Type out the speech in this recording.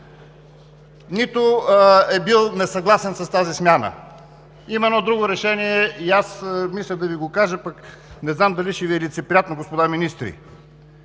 нито е бил несъгласен с тази смяна. Има едно друго решение и аз мисля да Ви го кажа, пък не знам дали ще Ви е лицеприятно, господа министри.